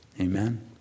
Amen